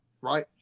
right